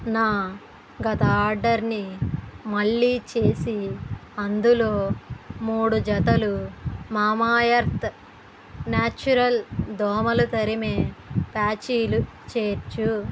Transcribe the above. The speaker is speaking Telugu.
నా గత ఆర్డర్ని మళ్ళీ చేసి అందులో మూడు జతలు మామాఎర్త్ న్యాచురల్ దోమలు తరిమే ప్యాచీలు చేర్చు